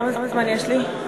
כמה זמן יש לי?